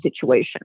situation